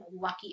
lucky